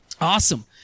Awesome